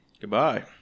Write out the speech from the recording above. Goodbye